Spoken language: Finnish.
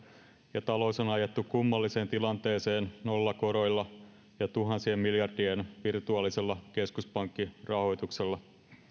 ja talous on ajettu kummalliseen tilanteeseen nollakoroilla ja tuhansien miljardien virtuaalisella keskuspankkirahoituksella